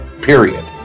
Period